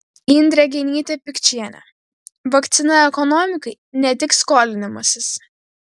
indrė genytė pikčienė vakcina ekonomikai ne tik skolinimasis